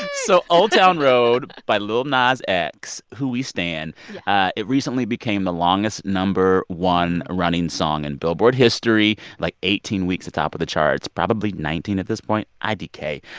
so old town road by lil nas x, who we stan it recently became the longest no. one running song in billboard history, like eighteen weeks atop of the charts, probably nineteen at this point. idk.